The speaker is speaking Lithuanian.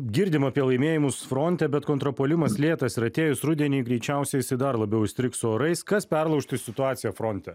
girdim apie laimėjimus fronte bet kontrpuolimas lėtas ir atėjus rudeniui greičiausiai jisai dar labiau įstrigs su orais kas perlaužtų situaciją fronte